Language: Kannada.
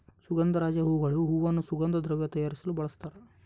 ಸುಗಂಧರಾಜ ಹೂಗಳು ಹೂವನ್ನು ಸುಗಂಧ ದ್ರವ್ಯ ತಯಾರಿಸಲು ಬಳಸ್ತಾರ